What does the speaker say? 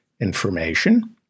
information